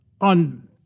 on